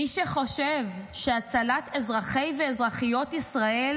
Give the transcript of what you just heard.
מי שחושב שהצלת אזרחי ואזרחיות ישראל